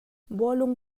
bawlung